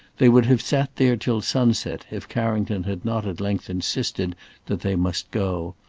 they would have sat there till sunset if carrington had not at length insisted that they must go,